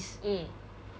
mm